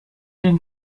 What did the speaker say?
den